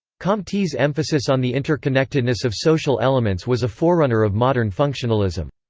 comte's emphasis on the interconnectedness of social elements was a forerunner of modern functionalism.